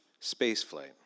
spaceflight